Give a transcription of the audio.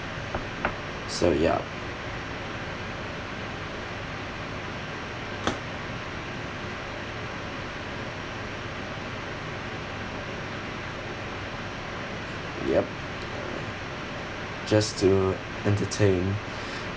so ya yup just to entertain